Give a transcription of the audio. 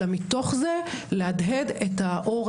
אלא מתוך זה להדהד את האור,